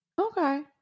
Okay